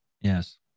yes